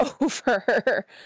over